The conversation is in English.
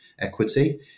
equity